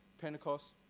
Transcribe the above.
Pentecost